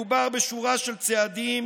מדובר בשורה של צעדים,